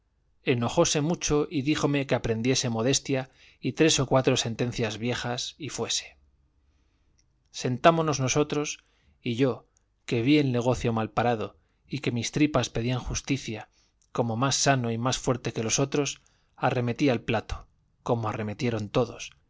boca enojóse mucho y díjome que aprendiese modestia y tres o cuatro sentencias viejas y fuese sentámonos nosotros y yo que vi el negocio malparado y que mis tripas pedían justicia como más sano y más fuerte que los otros arremetí al plato como arremetieron todos